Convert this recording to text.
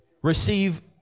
Receive